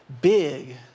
big